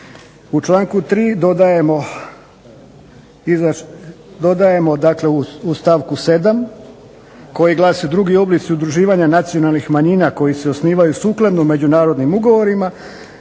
u članku 3. dodajmo u stavku 7. koji glasi: "drugi oblici nacionalnih manjina koji se osnivaju sukladno međunarodnim ugovorima"